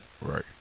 Right